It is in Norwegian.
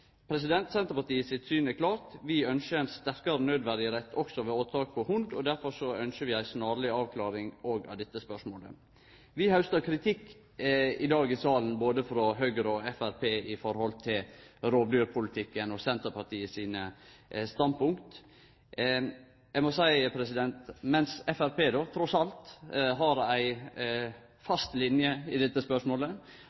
Senterpartiet sitt syn er klart. Vi ynskjer ein sterkare naudverjerett også ved åtak på hund, og derfor ynskjer vi ei snarleg avklaring også av dette spørsmålet. Vi hausta kritikk i salen i dag både frå Høgre og Framstegspartiet med omsyn til rovdyrpolitikken og Senterpartiet sine standpunkt. Eg må seie at mens Framstegspartiet trass i alt har ei